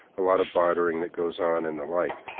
a lot of bartering that goes on, and the like.